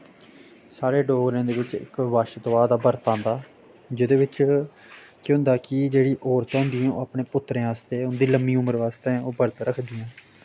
साढ़े डोगरें दे बिच्च इक बछदुआ दा बरत आंदा जेह्दे बिच्च केह् होंदा कि जेह्ड़ी औरता होंदियां ओह् अपने पुत्तरें बास्ते उं'दी लम्मी उमर बास्तै ओह् बरत रक्खदियां न